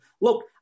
look